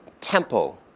tempo